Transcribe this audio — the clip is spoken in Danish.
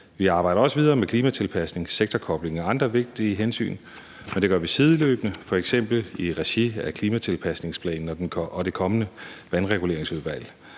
Vi arbejder også videre med klimatilpasning, sektorkobling og andre vigtige hensyn. Det gør vi sideløbende, f.eks. i regi af klimatilpasningsplanen og det kommende vandreguleringsudvalg.